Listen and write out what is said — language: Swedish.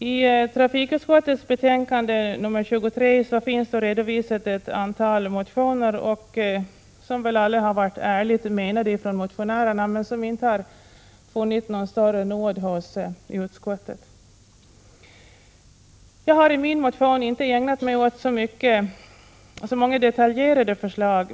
I trafikutskottets betänkande nr 23 har redovisats ett antal motioner, som väl alla varit ärligt menade från motionärernas sida men som inte i någon större utsträckning har funnit nåd inför utskottet. Jag har i min motion inte ägnat mig åt så många detaljerade förslag.